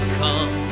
come